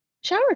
shower